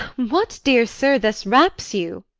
what, dear sir, thus raps you?